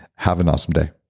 have an awesome day